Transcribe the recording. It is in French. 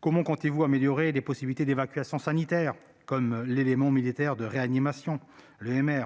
Comment comptez-vous améliorer les possibilités d'évacuation sanitaire, comme l'élément militaire de réanimation (EMR),